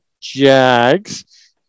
Jags